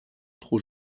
trop